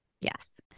Yes